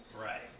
right